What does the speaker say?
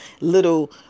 little